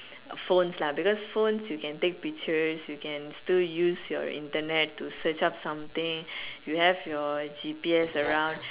phones lah because phones you can take pictures you can still use your Internet to search up something you have your G_P_S around